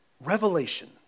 revelation